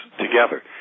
together